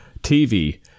TV